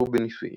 שהתפתחו בניסויים,